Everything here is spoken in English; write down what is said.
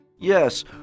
Yes